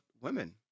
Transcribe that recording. women